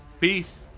peace